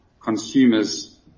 consumers